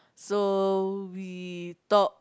so we talk